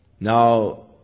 Now